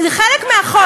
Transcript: חלק מהחוק,